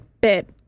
bit